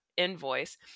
invoice